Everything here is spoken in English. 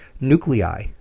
nuclei